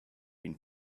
been